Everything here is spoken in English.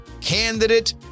candidate